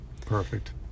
perfect